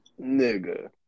Nigga